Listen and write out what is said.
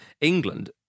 England